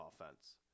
offense